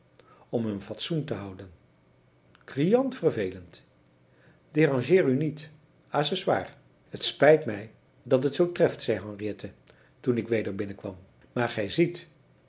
om hun fatsoen te houden criant vervelend dérangeer u niet a ce soir het spijt mij dat het zoo treft zei henriette toen ik weder binnenkwam maar gij ziet